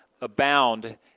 abound